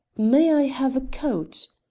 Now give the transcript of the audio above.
may i have a coat?